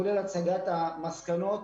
כולל הצגת המסקנות,